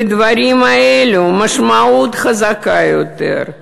לדברים האלו משמעות חזקה יותר.